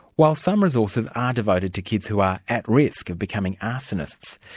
while some resources are devoted to kids who are at risk of becoming arsonists,